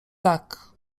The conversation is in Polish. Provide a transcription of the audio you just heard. tak